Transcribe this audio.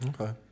okay